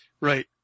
right